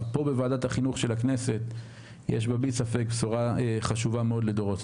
בוועדת החינוך של הכנסת בשורה גדולה לדורות.